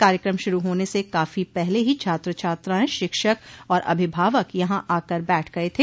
कार्यक्रम शुरू होने से काफी पहले ही छात्र छात्राएं शिक्षक और अभिभावक यहां आकर बैठ गये थे